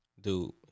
Dude